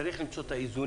צריך פה למצוא את האיזונים,